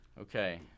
Okay